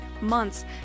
months